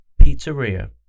Pizzeria